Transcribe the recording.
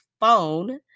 phone